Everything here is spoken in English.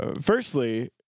firstly